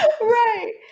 Right